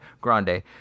Grande